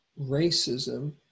racism